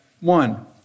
One